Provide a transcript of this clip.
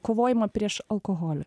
kovojamą prieš alkoholį